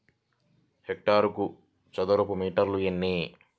హెక్టారుకు చదరపు మీటర్లు ఎన్ని?